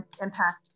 impact